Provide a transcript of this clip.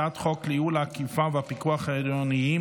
הצעת חוק לייעול האכיפה והפיקוח העירוניים